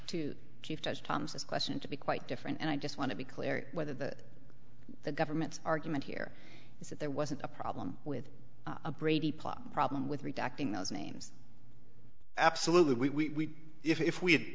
to keep those times this question to be quite different and i just want to be clear whether the the government's argument here is that there wasn't a problem with a brady plot problem with redacting those names absolutely we if we